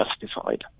justified